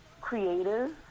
creative